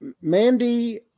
Mandy